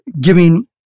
giving